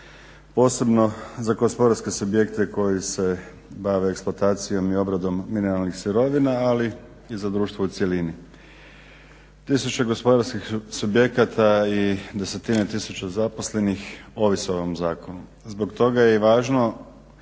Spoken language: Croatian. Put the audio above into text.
posebno za gospodarske subjekte koji se bave eksploatacijom i obradom mineralnih sirovina, ali i za društvo u cjelini. Tisuće gospodarskih subjekata i desetine tisuća zaposlenih ovise o ovom zakonu. Zbog toga je i važno